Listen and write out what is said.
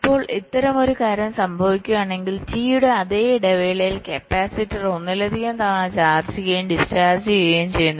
ഇപ്പോൾ ഇത്തരമൊരു കാര്യം സംഭവിക്കുകയാണെങ്കിൽ T യുടെ അതേ ഇടവേളയിൽ കപ്പാസിറ്റർ ഒന്നിലധികം തവണ ചാർജ് ചെയ്യുകയും ഡിസ്ചാർജ് ചെയ്യുകയും ചെയ്യുന്നു